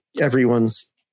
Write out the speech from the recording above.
everyone's